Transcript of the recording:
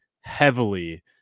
heavily